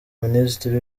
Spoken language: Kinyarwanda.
minisitiri